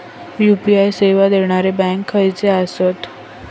UPI सेवा देणारे bank खयचे आसत?